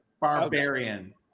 Barbarian